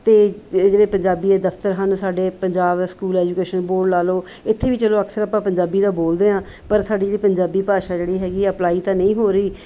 ਅਤੇ ਇ ਇਹ ਜਿਹੜੇ ਪੰਜਾਬੀ ਦੇ ਦਫ਼ਤਰ ਹਨ ਸਾਡੇ ਪੰਜਾਬ ਸਕੂਲ ਐਜੂਕੇਸ਼ਨ ਬੋਰਡ ਲਾ ਲਉ ਇੱਥੇ ਵੀ ਚਲੋ ਅਕਸਰ ਆਪਾਂ ਪੰਜਾਬੀ ਤਾਂ ਬੋਲਦੇ ਹਾਂ ਪਰ ਸਾਡੀ ਜਿਹੜੀ ਪੰਜਾਬੀ ਭਾਸ਼ਾ ਜਿਹੜੀ ਹੈਗੀ ਹੈ ਅਪਲਾਈ ਤਾਂ ਨਹੀਂ ਹੋ ਰਹੀ